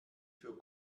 für